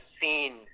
seen